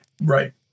Right